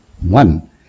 One